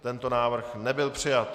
Tento návrh nebyl přijat.